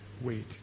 wait